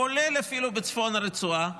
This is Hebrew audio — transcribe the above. כולל אפילו בצפון הרצועה,